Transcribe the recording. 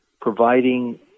providing